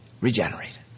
Regenerate